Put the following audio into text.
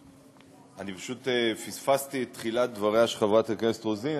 אני פספסתי את תחילת דבריה של חברת הכנסת רוזין,